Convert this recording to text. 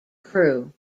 crew